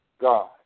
God